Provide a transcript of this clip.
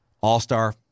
All-star